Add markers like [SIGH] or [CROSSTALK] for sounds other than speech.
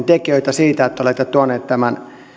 [UNINTELLIGIBLE] tekijöitä siitä että olette tuoneet tämän